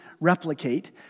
replicate